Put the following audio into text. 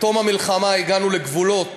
בתום המלחמה הגענו לגבולות